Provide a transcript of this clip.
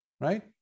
right